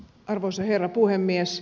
arvoisa herra puhemies